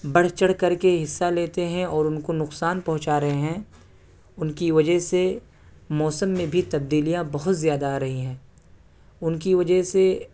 بڑھ چڑھ کر کے حصہ لیتے ہیں اور ان کو نقصان پہنچا رہے ہیں ان کی وجہ سے موسم میں بھی تبدیلیاں بہت زیادہ آ رہی ہیں ان کی وجہ سے